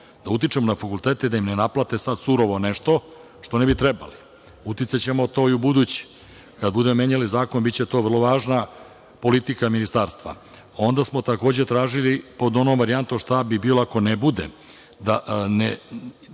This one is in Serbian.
da utičemo na fakultete da im ne naplate sad surovo nešto, što ne bi trebalo. Uticaćemo to i ubuduće. Kada budemo menjali zakon, biće to vrlo važna politika Ministarstva. Onda smo takođe tražili pod onom varijantom šta bi bila ako ne bude.